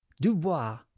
Dubois